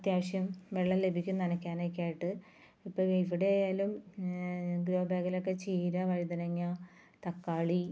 അത്യാവശ്യം വെള്ളം ലഭിക്കും നനക്കാനൊക്കെയായിട്ട് ഇപ്പം ഇവിടെ ആയാലും ഗ്രോ ബാഗിലൊക്കെ ചീര വഴുതനങ്ങ തക്കാളി